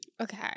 okay